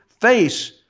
face